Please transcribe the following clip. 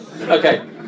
Okay